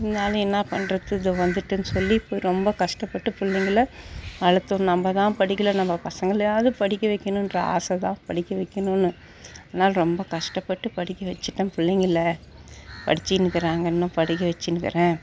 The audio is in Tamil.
இருந்தாலும் என்ன பண்ணுறது இதோ வந்துவிட்டேன்னு சொல்லி ரொம்ப கஷ்டப்பட்டு பிள்ளைங்கள வளர்த்து நம்மதான் படிக்கல நம்ம பசங்களையாவது படிக்கவைக்கணும்ன்ற ஆசை தான் படிக்கவைக்கணும்னு அதனால் ரொம்ப கஷ்டப்பட்டு படிக்க வச்சுட்டேன் பிள்ளைங்கள படிச்சின்னுக்கிறாங்க இன்னும் படிக்க வச்சினுக்கிறேன்